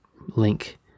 link